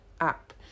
app